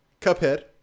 cuphead